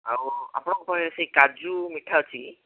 ଆଉ ଆପଣଙ୍କର ସେ କାଜୁ ମିଠା ଅଛି କି